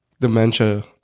Dementia